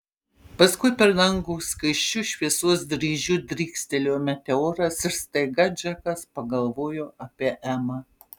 paskui per dangų skaisčiu šviesos dryžiu drykstelėjo meteoras ir staiga džekas pagalvojo apie emą